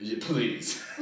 Please